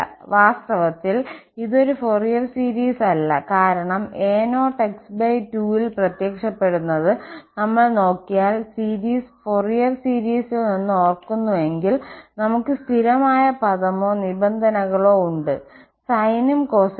വാസ്തവത്തിൽ ഇതൊരു Fourier series അല്ല കാരണം a0x2 ൽ പ്രത്യക്ഷപ്പെടുന്നത് നമ്മൾ നോക്കിയാൽ സീരീസ് ഫൊറിയർ സീരിസിൽ നിങ്ങൾ ഓർക്കുന്നുവെങ്കിൽ നമുക്ക് സ്ഥിരമായ പദമോ നിബന്ധനകളോ ഉണ്ട് സൈനും കൊസൈനും